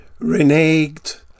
reneged